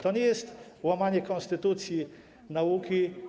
To nie jest łamanie konstytucji, reguł nauki.